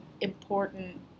important